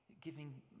giving